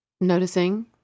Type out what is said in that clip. noticing